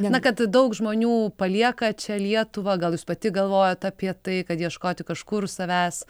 na kad daug žmonių palieka čia lietuvą gal jūs pati galvojat apie tai kad ieškoti kažkur savęs